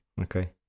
Okay